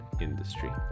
industry